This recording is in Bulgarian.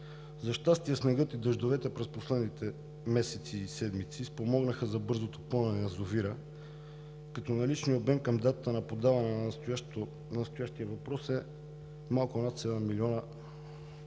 За щастие снегът и дъждовете през последните месеци и седмици спомогнаха за бързото пълнене на язовира, като наличният обем към датата на подаване на настоящия въпрос е малко над 7 млн.